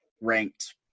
ranked